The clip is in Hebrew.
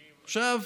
עכשיו,